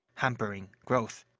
hampering growth.